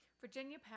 Virginia